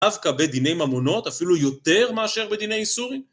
דווקא בדיני ממונות אפילו יותר מאשר בדיני איסורים?